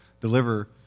deliver